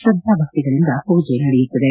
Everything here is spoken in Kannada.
ಶ್ರದ್ದಾಭಕ್ತಿಗಳಿಂದ ಪೂಜೆ ನಡೆಯುತ್ತಿದೆ